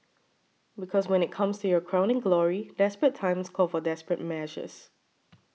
because when it comes to your crowning glory desperate times call for desperate measures